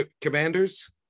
commanders